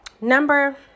number